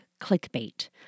clickbait